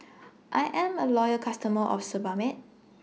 I Am A Loyal customer of Sebamed